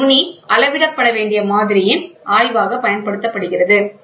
இந்த நுனி அளவிடப்பட வேண்டிய மாதிரியின் ஆய்வாகப் பயன்படுத்தப்படுகிறது